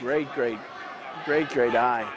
great great great great guy